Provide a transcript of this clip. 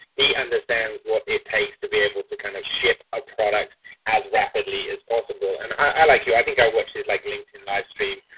he understands what it takes to be able to kind of ship a product as rapidly as possible. and i like you, i think i watched his like linkedin live stream.